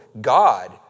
God